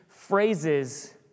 Phrases